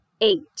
Eight